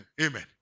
Amen